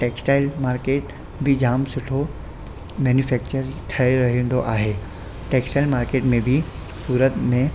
textile market बि झाम सुठो मैन्युफैक्चर ई ठए रहंदो आहे टैक्सटाइल मार्किट में बि सूरत में